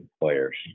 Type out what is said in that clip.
players